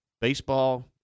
baseball